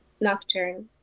Nocturne